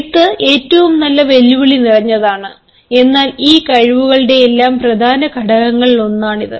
എഴുത്ത് ഏറ്റവും വെല്ലുവിളി നിറഞ്ഞതാണ് എന്നാൽ ഈ കഴിവുകളുടെയെല്ലാം പ്രധാന ഘടകങ്ങളിലൊന്നാണ് ഇത്